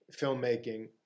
filmmaking